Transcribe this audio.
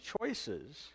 choices